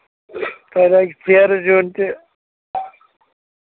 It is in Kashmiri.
تۄہہِ لَگہِ ژیرٕ زین تہِ